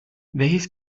welches